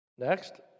Next